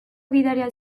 gidaria